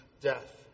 death